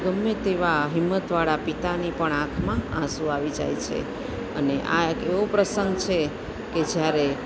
ગમે તેવા હિંમતવાળા પિતાની પણ આંખમાં આંસું આવી જાય છે અને આ એક એવો પ્રસંગ છે કે જ્યારે